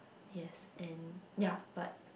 yes and ya but